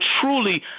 truly